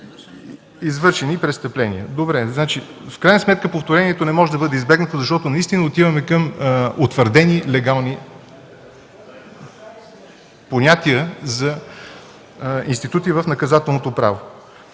извършени престъпления. Добре, значи в крайна сметка повторението не може да бъде избегнато, защото наистина отиваме към утвърдени легални понятия за институти в наказателното право.